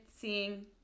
seeing